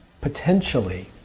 potentially